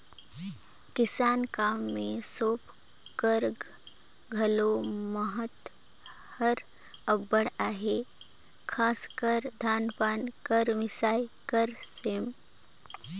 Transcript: किसानी काम मे सूपा कर घलो महत हर अब्बड़ अहे, खासकर धान पान कर मिसई कर समे